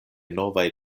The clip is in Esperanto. novaj